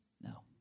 No